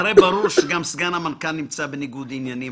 הרי ברור שגם סגן המנכ"ל נמצא בניגוד עניינים